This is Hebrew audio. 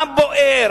מה בוער?